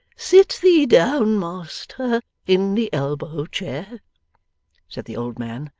sit thee down, master, in the elbow chair said the old man,